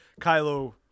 Kylo